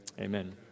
amen